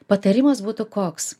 patarimas būtų koks